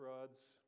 rods